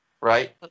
Right